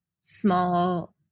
small